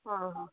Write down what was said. ಹಾಂ ಹಾಂ